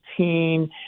18